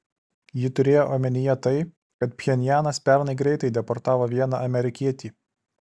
ji turėjo omenyje tai kad pchenjanas pernai greitai deportavo vieną amerikietį